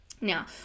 Now